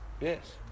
Yes